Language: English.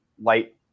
light